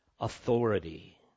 authority